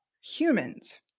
humans